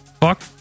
fuck